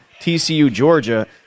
TCU-Georgia